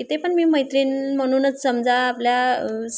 इथे पण मी मैत्रिण म्हणूनच समजा आपल्या